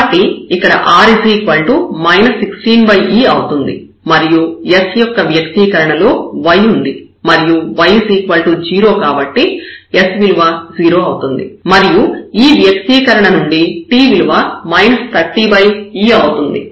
కాబట్టి ఇక్కడ r 16e అవుతుంది మరియు s యొక్క వ్యక్తీకరణలో y ఉంది మరియు y 0 కాబట్టి s విలువ 0 అవుతుంది మరియు ఈ వ్యక్తీకరణ నుండి t విలువ 30e అవుతుంది